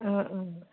অঁ অঁ